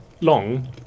long